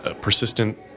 persistent